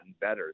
better